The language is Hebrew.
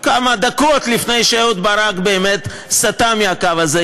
כמה דקות לפני שאהוד ברק באמת סטה מהקו הזה,